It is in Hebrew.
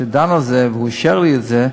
כשהוא דן בזה ואישר לי את זה,